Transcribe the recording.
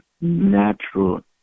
natural